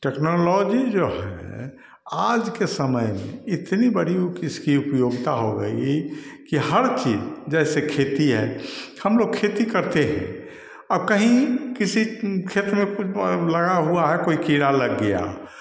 technology जो है आज के समय में इतनी बड़ी इसकी उपयोगिता हो गई कि हर चीज़ जैसे खेती है हमलोग खेती करते हैं कहीं किसी खेत में लगा हुआ है कोई कीड़ा लग गया